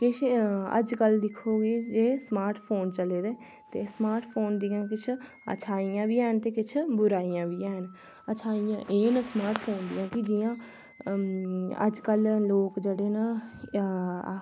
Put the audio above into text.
किश अजकल दिक्खो एह् जे स्मार्ट फोन चले दे ते स्मार्ट फोन दियां किश अच्छाइयां बी हैन ते किश बुराइयां बी हैन अच्छाइयां एह् न स्मार्ट फोन दियां कि अजकल लोक जेह्ड़े न ओह्